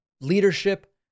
leadership